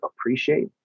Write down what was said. appreciate